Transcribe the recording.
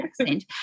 accent